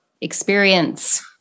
experience